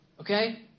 okay